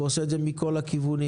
הוא עושה את זה מכל הכיוונים.